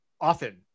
often